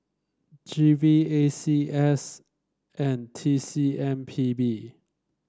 G V A C S and T C M P B